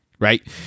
right